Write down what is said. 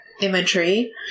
imagery